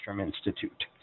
Institute